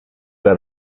era